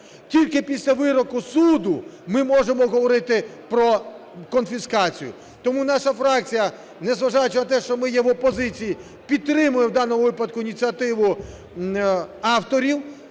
Тільки після вироку суду ми можемо говорити про конфіскацію. Тому наша фракція, незважаючи на те, що ми є в опозиції, підтримує в даному випадку ініціативу авторів,